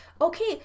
Okay